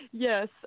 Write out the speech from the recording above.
Yes